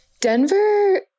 Denver